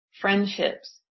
friendships